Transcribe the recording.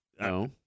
No